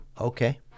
okay